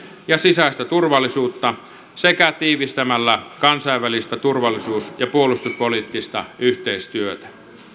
ja sisäistä turvallisuutta sekä tiivistämällä kansainvälistä turvallisuus ja puolustuspoliittista yhteistyötä